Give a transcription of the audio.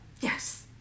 yes